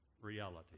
reality